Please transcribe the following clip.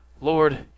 Lord